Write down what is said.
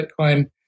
Bitcoin